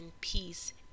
peace